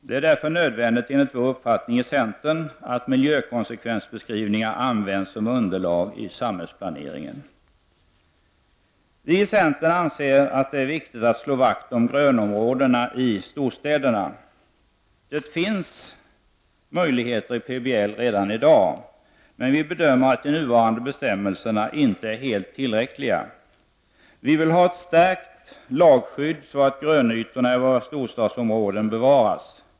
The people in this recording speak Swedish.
Det är därför nödvändigt, enligt vår uppfattning i centern, att miljökonsekvensbeskrivningar används som underlag i samhällsplaneringen. Vi i centern anser att det är viktigt att slå vakt om grönområdena i storstäderna. Det finns möjligheter härtill i PBL redan i dag, men vi bedömer att de nuvarande bestämmelserna inte är helt tillräckliga. Vi vill ha ett stärkt lagskydd, så att grönytorna i våra storstadsområden bevaras.